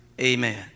Amen